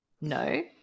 no